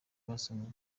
basabwa